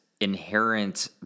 inherent